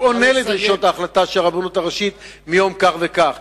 עונה על דרישות ההחלטה של הרבנות הראשית מיום כך וכך.